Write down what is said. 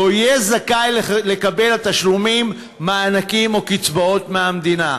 לא יהיה זכאי לקבל תשלומים מענקים או קצבאות מהמדינה".